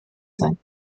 sein